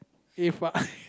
If I